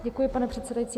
Děkuji, pane předsedající.